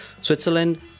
Switzerland